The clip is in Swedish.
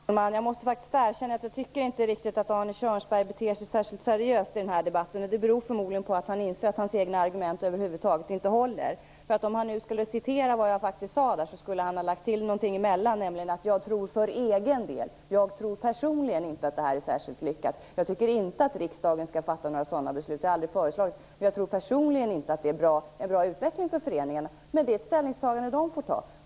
Herr talman! Jag måste faktiskt erkänna att jag tycker att Arne Kjörnsberg inte beter sig särskilt seriöst i den här debatten. Det beror förmodligen på att han inser att hans egna argument över huvud taget inte håller. Om han skulle citera vad jag faktiskt sade skulle han ha lagt till något, nämligen: Jag tror för egen del. Jag tror personligen inte att det här är särskilt lyckat. Jag tycker inte att riksdagen skall fatta några sådana beslut. Det har jag aldrig föreslagit. Jag tror personligen inte att det är en bra utveckling för föreningarna. Men det är ett ställningstagande som de får göra.